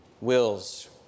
wills